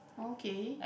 okay